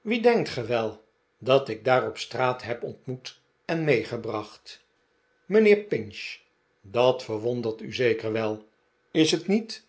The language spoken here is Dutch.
wien denkt ge wel dat ik daar op straat heb ontmoet en meegebracht mijnheer pinch dat verwondert u zeker wel is t niet